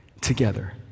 together